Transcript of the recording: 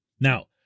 Now